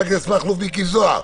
מכלוף מיקי זוהר,